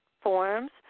forms